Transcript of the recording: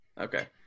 Okay